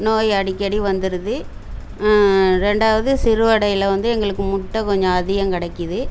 நோய் அடிக்கடி வந்துடுது ரெண்டாவது சிறுவிடைல வந்து எங்களுக்கு முட்டை கொஞ்சம் அதிகம் கெடைக்கிது